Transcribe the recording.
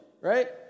Right